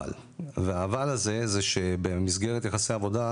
אבל והאבל הזה זה שבמסגרת יחסי עבודה,